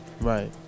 Right